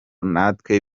natwe